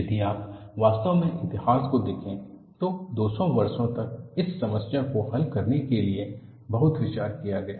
यदि आप वास्तव में इतिहास को देखे तो 200 वर्षों तक इस समस्या को हल करने के लिए बहुत विचार किया गया